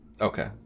Okay